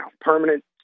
Permanent